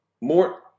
more